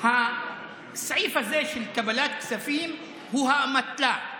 הסעיף הזה של קבלת כספים הוא האמתלה,